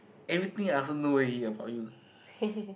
everything I also know already about you